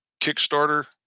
Kickstarter